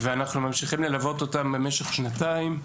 אנחנו ממשיכים ללוות אותן במשך שנתיים,